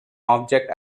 object